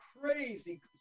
crazy